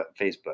Facebook